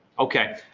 okay,